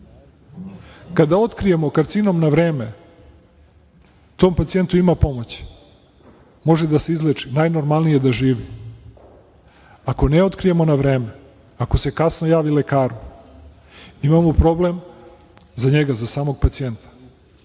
otkrijemo karcinom na vreme tom pacijentu ima pomoći, može da se izleči, najnormalnije da živi. Ako ne otkrijemo na vreme, ako se kasno javi lekaru imamo problem za njega, za samog pacijenta,